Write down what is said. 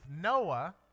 Noah